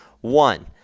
One